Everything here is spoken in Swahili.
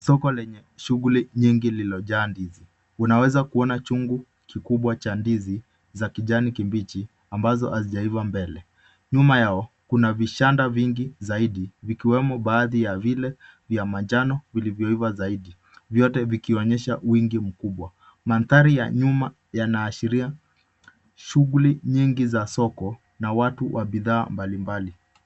Soko lenye shughuli nyingi lililojaa ndizi. Unaweza kuona chungu kikubwa cha ndizi za kijani kibichi ambazo hazijaiva mbele. Nyuma yao kuna vishanda vingi zaidi vikiwemo baadhi ya vile vya manjano vilivyo iva zaidi. Vyote vikionyesha wingi mkubwa. Mandhari ya nyuma yanaashiria shughuli nyingi za soko na watu wa bidhaa mbalimbali.